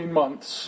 months